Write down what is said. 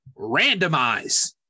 randomize